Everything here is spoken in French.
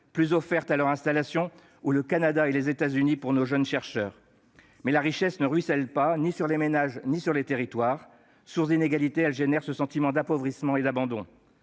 conditions d'installation, ou à celle du Canada et des États-Unis pour nos jeunes chercheurs ? La richesse ne ruisselle ni sur les ménages ni sur les territoires ; source d'inégalités, elle génère un sentiment d'appauvrissement et d'abandon.